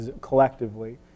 collectively